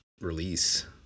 release